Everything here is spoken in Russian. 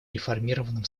реформированном